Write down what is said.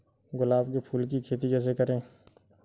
गुलाब के फूल की खेती कैसे करें?